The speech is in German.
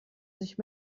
sich